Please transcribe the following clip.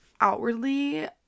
outwardly